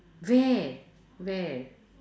where where